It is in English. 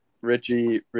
Richie